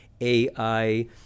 AI